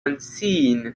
unseen